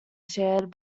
shared